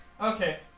Okay